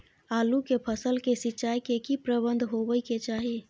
आलू के फसल के सिंचाई के की प्रबंध होबय के चाही?